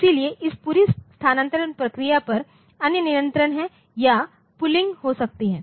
इसलिए इस पूरी स्थानांतरण प्रक्रिया पर अन्य नियंत्रण है या पुल्लिंग हो सकती है